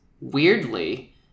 weirdly